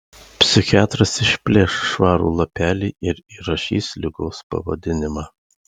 psichiatras išplėš švarų lapelį ir įrašys ligos pavadinimą